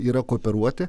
yra kooperuoti